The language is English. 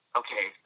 okay